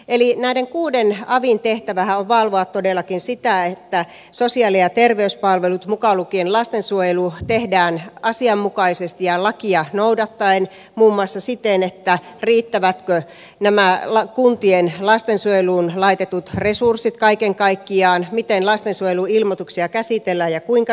eli näiden kuuden avin tehtävähän on valvoa todellakin sitä että sosiaali ja terveyspalvelut mukaan lukien lastensuojelu tehdään asianmukaisesti ja lakia noudattaen muun muassa sitä riittävätkö nämä kuntien lastensuojeluun laitetut resurssit kaiken kaikkiaan miten lastensuojeluilmoituksia käsitellään ja kuinka nopeasti